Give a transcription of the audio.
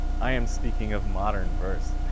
i am speaking of modern verse.